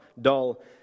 dull